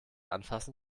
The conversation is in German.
anfassen